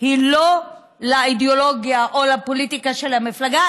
לא לאידיאולוגיה או לפוליטיקה של המפלגה